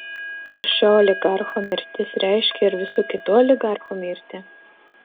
ar šio oligarcho mirtis reiškia ir visų kitų oligarchų mirtį